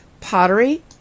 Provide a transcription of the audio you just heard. pottery